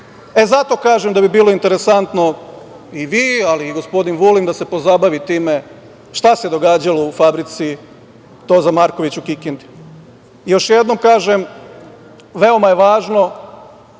kažem da bi bilo interesantno i vi, ali i gospodin Vulin da se pozabavi time šta se događalo u fabrici „Toza Marković“ u Kikindi. Još jednom kažem, veoma je važno